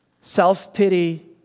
self-pity